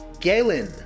Galen